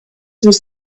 was